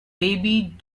rabid